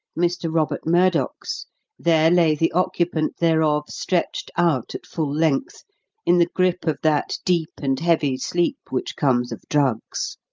mr. robert murdock's there lay the occupant thereof stretched out at full length in the grip of that deep and heavy sleep which comes of drugs.